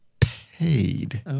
paid